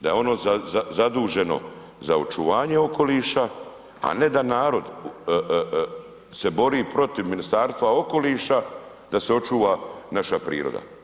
Da je ono zaduženo za očuvanje okoliša, a ne da narod se bori protiv Ministarstva okoliša da se očuva naša priroda.